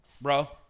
bro